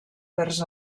vers